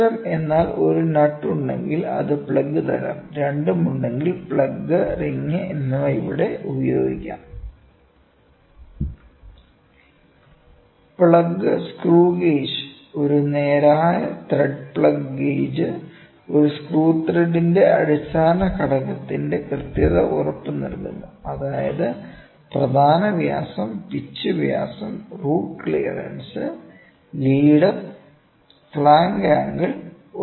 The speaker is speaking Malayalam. പ്ലഗ് തരം എന്നാൽ ഒരു നട്ട് ഉണ്ടെങ്കിൽ അത് പ്ലഗ് തരം രണ്ടും ഉണ്ടെങ്കിൽ പ്ലഗ് റിംഗ് എന്നിവ ഇവിടെ ഉപയോഗിക്കാം പ്ലഗ്സ് സ്ക്രൂ ഗേജ് ഒരു നേരായ ത്രെഡ് പ്ലഗ് ഗേജ് ഒരു സ്ക്രൂ ത്രെഡിന്റെ അടിസ്ഥാന ഘടകത്തിന്റെ കൃത്യത ഉറപ്പുനൽകുന്നു അതായത് പ്രധാന വ്യാസം പിച്ച് വ്യാസം root clearance lead flank angle